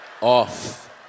off